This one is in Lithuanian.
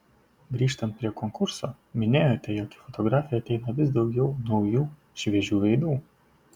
grįžtant prie konkurso minėjote jog į fotografiją ateina vis daugiau naujų šviežių veidų